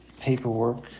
paperwork